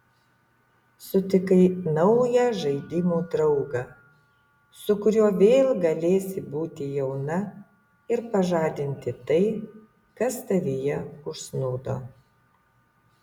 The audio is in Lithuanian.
sutikai naują žaidimų draugą su kuriuo vėl galėsi būti jauna ir pažadinti tai kas tavyje užsnūdo